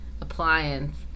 appliance